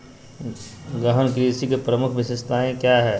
गहन कृषि की प्रमुख विशेषताएं क्या है?